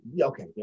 Okay